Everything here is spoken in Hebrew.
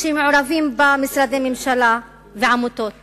שמעורבים בהן משרדי ממשלה ועמותות שונות: